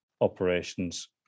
operations